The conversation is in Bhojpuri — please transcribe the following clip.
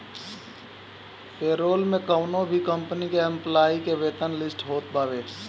पेरोल में कवनो भी कंपनी के एम्प्लाई के वेतन लिस्ट होत बावे